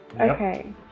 Okay